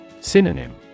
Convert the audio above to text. Synonym